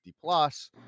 plus